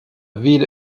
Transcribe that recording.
ville